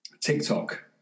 TikTok